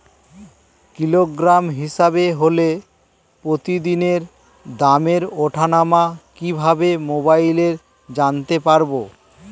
Kilogram হিসাবে হলে প্রতিদিনের দামের ওঠানামা কিভাবে মোবাইলে জানতে পারবো?